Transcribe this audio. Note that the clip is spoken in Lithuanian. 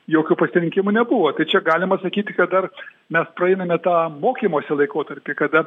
jokių pasirinkimų nebuvo tai čia galima sakyti kad dar mes praeiname tą mokymosi laikotarpį kada